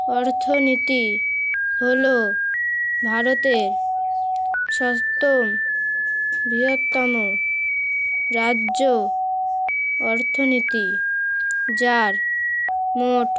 অর্থনীতি হলো ভারতের সপ্তম বৃহত্তম রাজ্য অর্থনীতি যার মোট